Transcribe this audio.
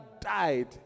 died